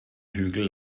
hügel